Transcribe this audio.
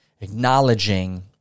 acknowledging